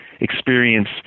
experience